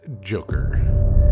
Joker